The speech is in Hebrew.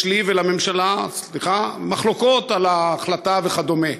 יש לי ולממשלה, סליחה, מחלוקת על ההחלטה וכדומה.